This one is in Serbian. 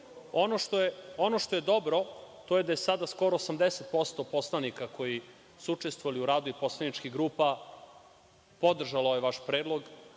što je dobro, to je da je sada skoro 80% poslanika, koji su učestvovali u radu i poslaničkih grupa, podržalo ovaj vaš predlog